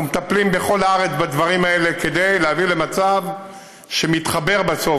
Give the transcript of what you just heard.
אנחנו מטפלים בדברים האלה בכל הארץ כדי להביא למצב שנתחבר בסוף,